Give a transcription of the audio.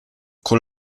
con